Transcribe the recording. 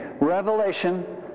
revelation